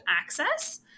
access